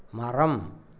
மரம்